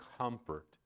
comfort